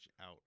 out